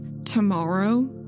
Tomorrow